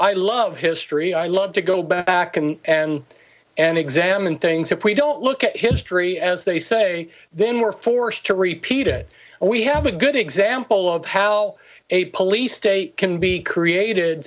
i love history i love to go back and and examine things if we don't look at history as they say then we're forced to repeat it and we have a good example of how a police state can be created